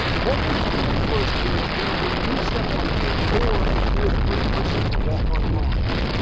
what would your first words be when you step on the moon, or if you were the first person to walk on mars?